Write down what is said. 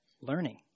learning